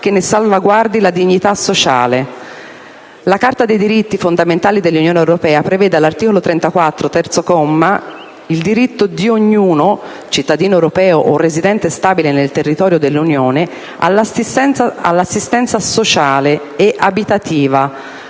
che ne salvaguardi la dignità sociale. La Carta dei diritti fondamentali dell'Unione europea prevede all'articolo 34, terzo comma, il diritto di ognuno (cittadino europeo o residente stabile nel territorio dell'Unione) all'assistenza sociale e abitativa